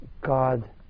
God